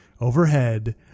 overhead